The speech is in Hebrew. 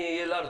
אני אהיה לארג'